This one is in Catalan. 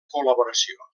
col·laboració